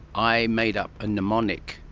i made up a mnemonic.